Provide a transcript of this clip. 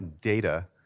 data